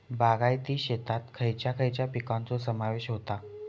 बागायती शेतात खयच्या खयच्या पिकांचो समावेश होता?